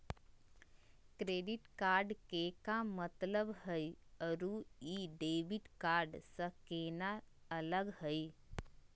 Credit card के का मतलब हई अरू ई डेबिट कार्ड स केना अलग हई?